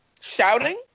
Shouting